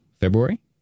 February